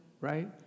right